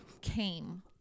came